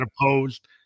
opposed